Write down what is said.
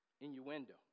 innuendo